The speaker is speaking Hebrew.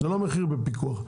המחיר הוא לא בפיקוח.